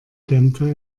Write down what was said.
dämpfe